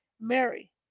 Mary